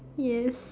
yes